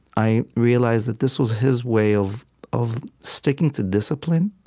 i realized that this was his way of of sticking to discipline